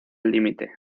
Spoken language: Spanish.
límite